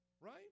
right